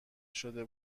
شده